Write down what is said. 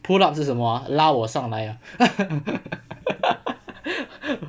pull up 是什么拉我上来啊